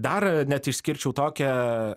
dar net išskirčiau tokią